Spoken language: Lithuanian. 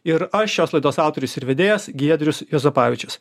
ir aš šios laidos autorius ir vedėjas giedrius juozapavičius